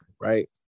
right